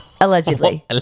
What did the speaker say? Allegedly